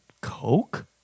Coke